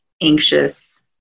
anxious